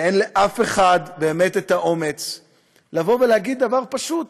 ואין לאף אחד באמת את האומץ לבוא ולהגיד דבר פשוט